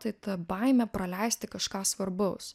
ta baimė praleisti kažką svarbaus